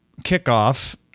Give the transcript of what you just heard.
kickoff